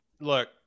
Look